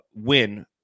win